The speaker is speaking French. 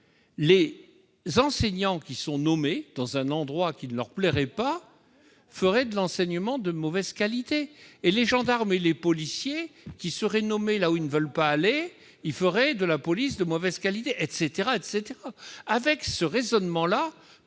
les enseignants nommés dans un endroit qui ne leur plaît pas feraient de l'enseignement de mauvaise qualité. Et les gendarmes et les policiers nommés là où ils ne veulent pas aller feraient de la police de mauvaise qualité. Un tel raisonnement